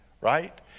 Right